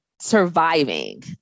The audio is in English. surviving